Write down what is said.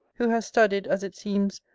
who has studied, as it seems,